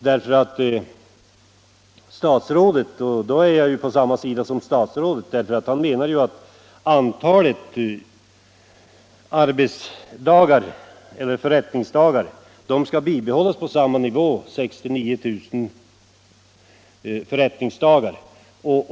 Därmed intar jag samma ståndpunkt som statsrådet. Han menar nämligen att antalet förrättningsdagar skall vara detsamma som tidigare, dvs. 69 000.